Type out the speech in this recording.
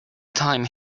time